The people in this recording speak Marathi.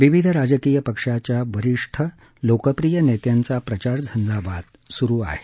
विविध राजकीय पक्षांच्या वरीष्ठ लोकप्रिय नेत्यांचा प्रचार झंजावत सुरु आहे